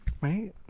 Right